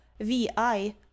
vi